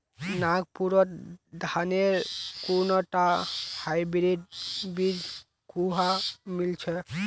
नागपुरत धानेर कुनटा हाइब्रिड बीज कुहा मिल छ